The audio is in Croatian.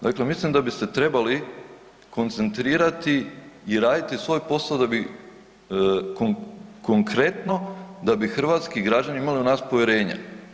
Dakle mislim da bi se trebali koncentrirati i raditi svoj posao da bi konkretno a bi hrvatski građani imali u nas povjerenja.